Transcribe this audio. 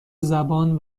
زبان